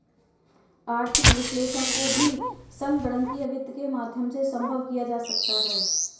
आर्थिक विश्लेषण को भी संगणकीय वित्त के माध्यम से सम्भव किया जा सकता है